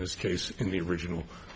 this case in the original